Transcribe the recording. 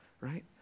right